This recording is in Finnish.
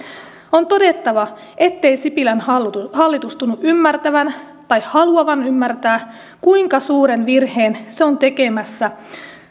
on todettava ettei sipilän hallitus tunnu ymmärtävän tai haluavan ymmärtää kuinka suuren virheen se on tekemässä